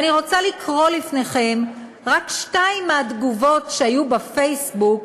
ואני רוצה לקרוא לפניכם רק שתיים מהתגובות שהיו בפייסבוק